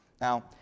Now